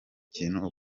kintu